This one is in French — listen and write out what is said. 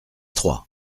trois